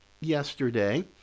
yesterday